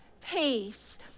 peace